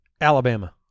Alabama